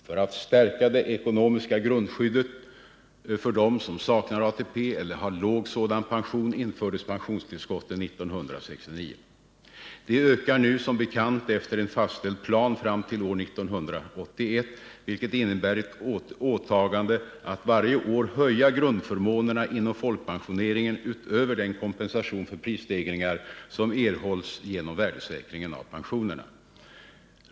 För att stärka det ekonomiska grundskyddet för dem som saknar ATP eller har låg sådan pension infördes pensionstillskotten 1969. De ökar nu som bekant efter en fastställd plan fram till år 1981, vilket innebär ett åtagande att varje år höja grundförmånerna inom folkpensioneringen utöver den kompensation för prisstegringar som erhålls genom värdesäkringen av pensionerna.